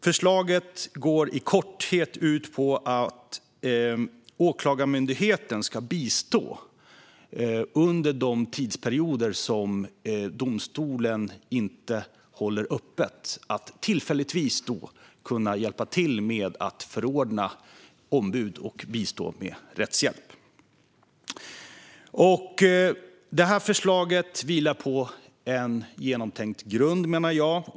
Förslaget går i korthet ut på att Åklagarmyndigheten under de tidsperioder som domstolen inte håller öppet ska bistå med att tillfälligt förordna ombud och bistå med rättshjälp. Förslaget vilar på en genomtänkt grund, menar jag.